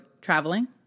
traveling